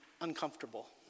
uncomfortable